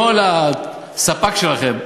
כל הספ"כ שלכם,